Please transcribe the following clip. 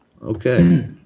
okay